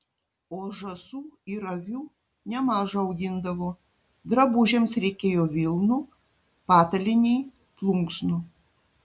o žąsų ir avių nemaža augindavo drabužiams reikėjo vilnų patalynei plunksnų